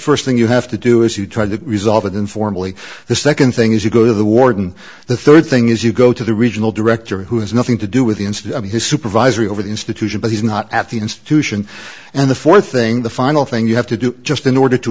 first thing you have to do is you try to resolve it informally the second thing is you go to the warden the third thing is you go to the regional director who has nothing to do with the inside of his supervisory over the institution but he's not at the institution and the fourth thing the final thing you have to do just in order to